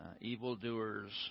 evildoers